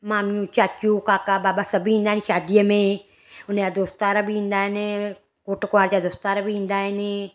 मामियूं चाचियूं काका बाबा सब ई ईंदा आहिनि शादीअ में हुन जाअ दोस्त यार बि ईंदा आइन घोटु कुआर जा दोस्त यार बि ईंदा आहिनि